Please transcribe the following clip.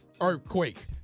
earthquake